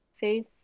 face